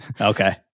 Okay